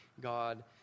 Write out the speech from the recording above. God